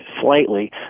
slightly